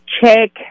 check